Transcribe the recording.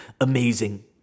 amazing